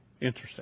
Interesting